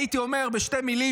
הייתי אומר בשתי מילים,